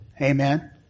Amen